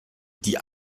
die